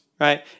right